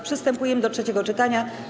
Przystępujemy do trzeciego czytania.